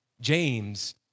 James